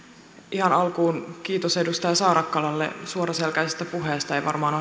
ihan alkuun kiitos edustaja saarakkalalle suoraselkäisestä puheesta ei varmaan